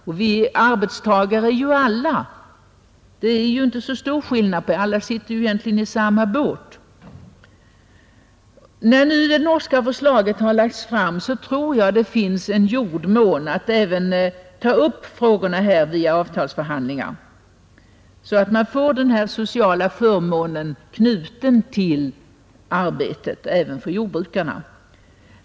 Och arbetstagare är ju alla. Alla sitter egentligen i samma båt. När nu det norska förslaget har lagts fram tror jag att det finns en jordmån för att ta upp frågan vid avtalsförhandlingarna, så att denna sociala förmån knyts till arbetet även för jordbrukarna.